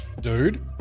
dude